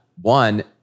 One